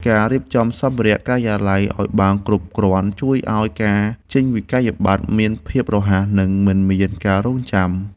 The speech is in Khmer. ការរៀបចំសម្ភារ:ការិយាល័យឱ្យបានគ្រប់គ្រាន់ជួយឱ្យការចេញវិក្កយបត្រមានភាពរហ័ស និងមិនមានការរង់ចាំ។